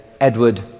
Edward